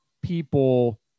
people